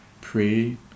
pray